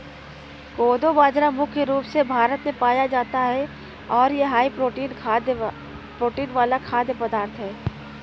कोदो बाजरा मुख्य रूप से भारत में पाया जाता है और यह हाई प्रोटीन वाला खाद्य पदार्थ है